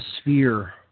sphere